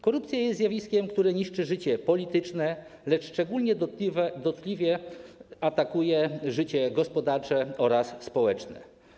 Korupcja jest zjawiskiem, które niszczy życie polityczne, lecz szczególnie dotkliwie atakuje życie gospodarcze oraz społeczne.